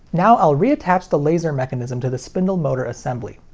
now, i'll reattach the laser mechanism to the spindle motor assembly.